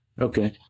Okay